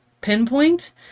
pinpoint